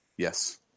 Yes